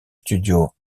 studio